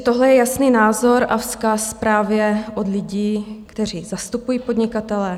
Tohle je jasný názor a vzkaz právě od lidí, kteří zastupují podnikatele.